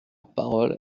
parole